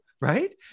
right